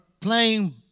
playing